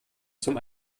zum